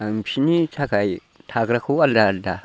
आं बिसिनि थाखाय थाग्राखौ आलदा आलदा